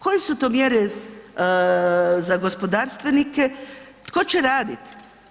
Koje su to mjere za gospodarstvenike, tko će raditi?